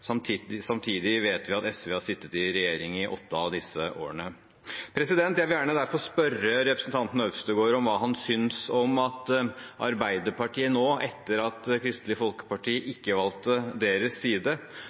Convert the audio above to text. år. Samtidig vet vi at SV har sittet i regjering i åtte av disse årene. Jeg vil derfor gjerne spørre representanten Øvstegård om hva han synes om at Arbeiderpartiet nå, etter at Kristelig Folkeparti ikke valgte deres side,